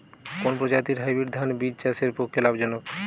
কোন প্রজাতীর হাইব্রিড ধান বীজ চাষের পক্ষে লাভজনক?